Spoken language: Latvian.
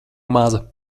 maza